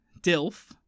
Dilf